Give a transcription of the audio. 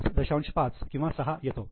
5 किंवा 6 येतो